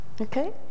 Okay